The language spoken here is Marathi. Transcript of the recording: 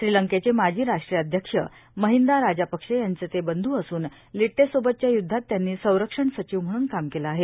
श्रीलंकेचे माजी राट्राध्यक्ष महिंदा राजापक्षे यांचे ते बंधू असून लिट्टेसोवतच्या युद्धात त्यांनी संरक्षण सचिव म्हणून काम केलं आहे